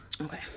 Okay